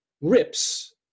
Rips